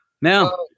now